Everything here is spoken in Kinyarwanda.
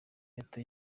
leta